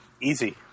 Easy